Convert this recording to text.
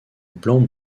blanc